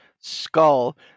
skull